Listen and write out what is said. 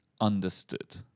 understood